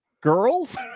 girls